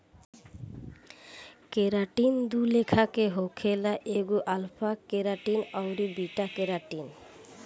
keratin दू लेखा के होखेला एगो अल्फ़ा केराटिन अउरी बीटा केराटिन